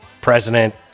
president